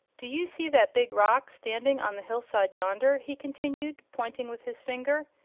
do you see that big rock standing on the hillside yonder? he continued, pointing with his finger.